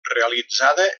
realitzada